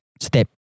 step